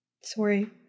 Sorry